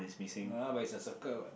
!huh! but it's a circle